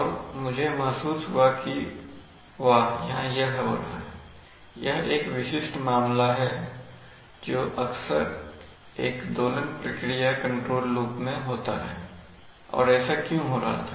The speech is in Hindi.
और मुझे महसूस हुआ कि वाह यहाँ यह हो रहा है यह एक विशिष्ट मामला है जो अक्सर एक दोलन प्रक्रिया कंट्रोल लूप में होता है और ऐसा क्यों हो रहा था